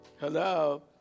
hello